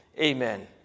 Amen